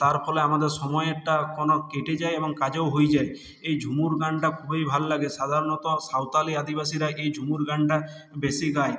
তার ফলে আমাদের সময়টা কোনও কেটে যায় এবং কাজও হয়ে যায় এই ঝুমুর গানটা খুবই ভাল লাগে সাধারণত সাঁওতালি আদিবাসীরা এই ঝুমুর গানটা বেশি গায়